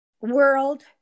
world